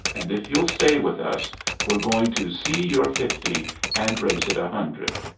and if you'll stay with us we're going to see your fifty and raise it a hundred.